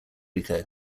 rico